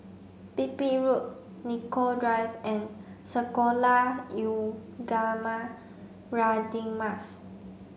Pipit Road Nicoll Drive and Sekolah Ugama Radin Mas